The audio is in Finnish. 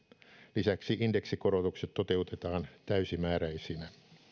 lisäksi indeksikorotukset toteutetaan täysimääräisinä